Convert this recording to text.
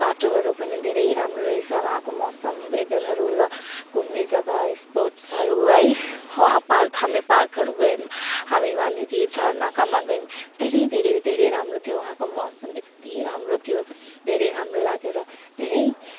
बाटोहरू पनि धेरै राम्रो रहेछ वहाँको मौसम वेदरहरू र घुम्ने जग्गा स्पोट्सहरू है वहाँ पार्क हामी पार्कहरू गयौँ हामी वहाँनेरी झर्नाकामा गयौँ धेरै धेरै धेरै राम्रो थियो वहाँको मौसम यति राम्रो थियो धेरै राम्रो लाग्यो र धेरै